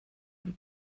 one